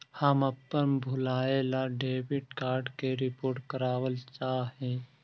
हम अपन भूलायल डेबिट कार्ड के रिपोर्ट करावल चाह ही